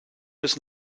bis